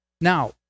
Now